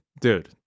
Dude